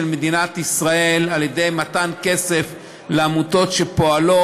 מדינת ישראל על-ידי מתן כסף לעמותות שפועלות,